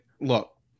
Look